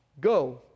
Go